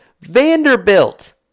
Vanderbilt